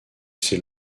ses